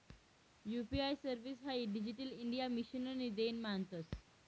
UPI service हाई digital India मिशननी देन मानतंस